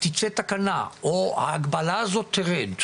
תצא תקנה או שההגבלה הזאת תרד,